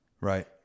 Right